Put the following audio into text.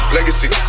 Legacy